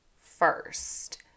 first